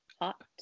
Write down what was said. hot